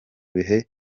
bihe